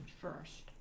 First